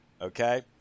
Okay